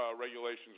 regulations